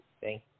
Thank